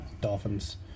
Dolphins